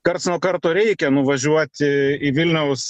karts nuo karto reikia nuvažiuoti į vilniaus